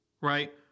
right